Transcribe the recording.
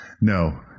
No